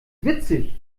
witzig